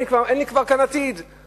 אין לי כבר עתיד,